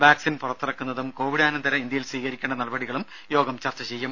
vaccine പുറത്തിറക്കുന്നതും കോവിഡാനന്തര ഇന്ത്യയിൽ സ്വീകരിക്കേണ്ട നടപടികളും യോഗം ചർച്ച ചെയ്യും